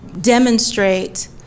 demonstrate